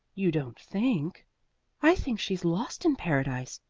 you don't think i think she's lost in paradise.